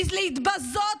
להתבזות,